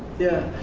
yeah.